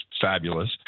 fabulous